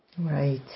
Right